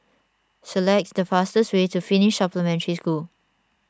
select the fastest way to Finnish Supplementary School